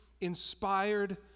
inspired